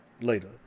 Later